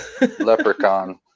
leprechaun